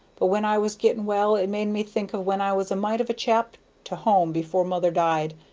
but when i was getting well it made me think of when i was a mite of a chap to home before mother died,